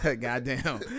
goddamn